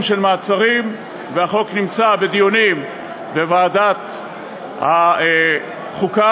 (מעצרים) החוק נמצא בדיונים בוועדת החוקה,